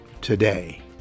today